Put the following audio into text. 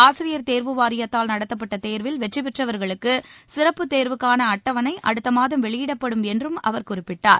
ஆசிரியர் தேர்வு வாரியத்தால் நடத்தப்பட்ட தேர்வில் வெற்றி பெற்றவர்களுக்கு சிறப்பு தேர்வுக்கான அட்டவணை அடுத்த மாதம் வெளியிடப்படும் என்றும் அவர் குறிப்பிட்டார்